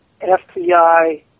FBI